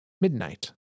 midnight